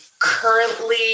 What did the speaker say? currently